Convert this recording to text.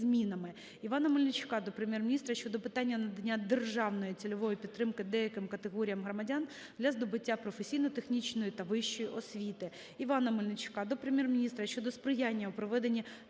Івана Мельничука до Прем'єр-міністра щодо питання надання державної цільової підтримки деяким категоріям громадян для здобуття професійно-технічної та вищої освіти. Івана Мельничука до Прем'єр-міністра щодо сприяння у проведенні